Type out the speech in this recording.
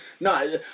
no